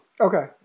Okay